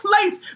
place